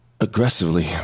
aggressively